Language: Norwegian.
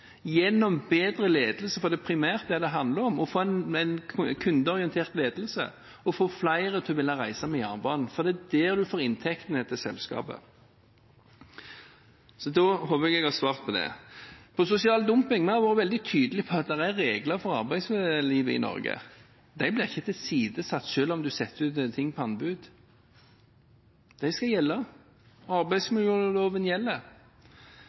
gjennom bedre ledelse – for det er primært det det handler om: å få en kundeorientert ledelse – og få flere til å ville reise med jernbanen, for det er der en får inntektene til selskapet. Så nå håper jeg at jeg har svart på det. Til sosial dumping: Vi har vært veldig tydelige på at det er regler for arbeidslivet i Norge. De blir ikke tilsidesatt selv om en legger ut noe på anbud. De skal gjelde. Arbeidsmiljøloven gjelder.